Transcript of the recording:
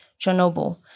Chernobyl